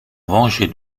venger